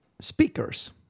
Speakers